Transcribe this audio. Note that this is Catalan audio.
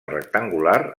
rectangular